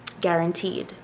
guaranteed